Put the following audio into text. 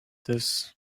this